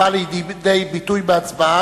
הבא לידי ביטוי בהצבעה,